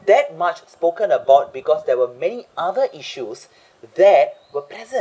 that much spoken about because there were many other issues that were present